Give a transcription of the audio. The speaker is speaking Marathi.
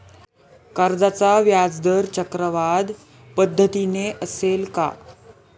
कर्जाचा व्याजदर चक्रवाढ पद्धतीने असेल का?